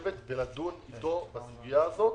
לשבת ולדון אתו בסוגיה הזאת,